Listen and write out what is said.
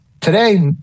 Today